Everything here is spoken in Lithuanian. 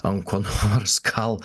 an ko nors gal